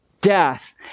death